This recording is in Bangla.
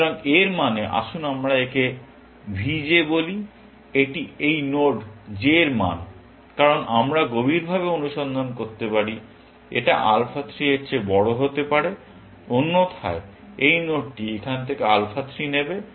সুতরাং এর মানে আসুন আমরা একে v j বলি এটি এই নোড j এর মান কারণ আমরা গভীরভাবে অনুসন্ধান করতে পারি এটা আলফা 3 এর চেয়ে বড় হতে পারে অন্যথায় এই নোডটি এখান থেকে আলফা 3 নেবে